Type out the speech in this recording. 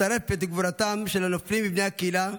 מצטרפת לגבורתם של הנופלים מבני הקהילה,